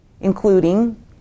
including